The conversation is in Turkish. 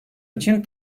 için